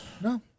No